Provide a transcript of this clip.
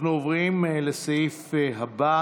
אנחנו עוברים לסעיף הבא